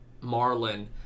Marlin